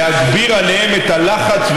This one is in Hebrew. להגביר עליהם את הלחץ,